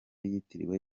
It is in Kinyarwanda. yitiriwe